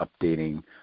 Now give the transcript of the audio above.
updating